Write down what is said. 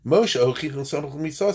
Moshe